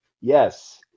Yes